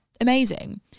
amazing